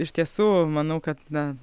iš tiesų manau kad na